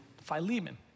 Philemon